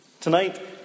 Tonight